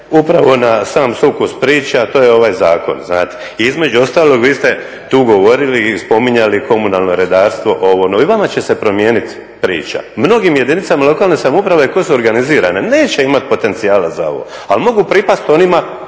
upravo na sam sukus priče a to je ovaj zakon, znate. I između ostalog vi ste tu govorili i spominjali komunalno redarstvo. I vama će se promijeniti priča. Mnogim jedinicama lokalne samouprave koje su organizirane neće imati potencijala za ovo, ali mogu pripasti onima